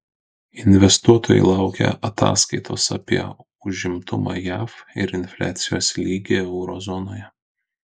investuotojai laukia ataskaitos apie užimtumą jav ir infliacijos lygį euro zonoje